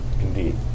Indeed